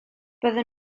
byddwn